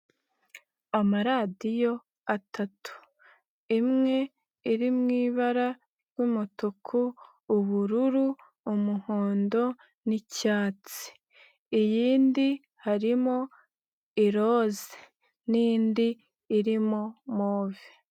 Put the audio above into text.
Amaradiyo atatu, imwe irimo ibara ry'umutuku, ubururu, umuhondo n'icyatsi. Iyindi harimo i rose n'indi irimo move.